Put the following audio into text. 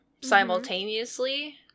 simultaneously